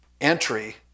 entry